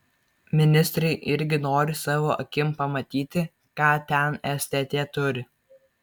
ministrai irgi nori savo akim pamatyti ką ten stt turi